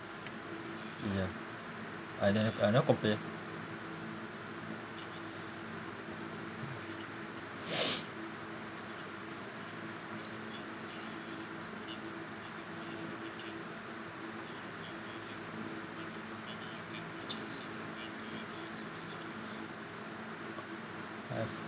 ya I never I never compare I've